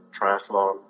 triathlon